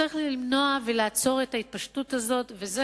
צריך לעצור את ההתפשטות הזאת ולמנוע אותה,